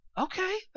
Okay